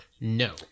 no